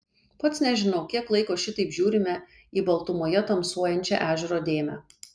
pats nežinau kiek laiko šitaip žiūrime į baltumoje tamsuojančią ežero dėmę